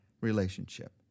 relationship